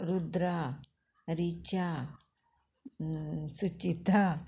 Rudra Richa Suchita